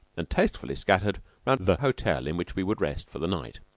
and tastefully scattered round the hotel in which we would rest for the night.